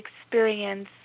experience